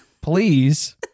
please